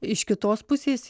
iš kitos pusės